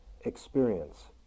experience